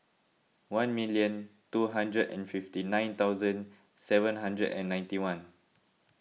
one million two hundred and fifty nine thousand seven hundred and ninety one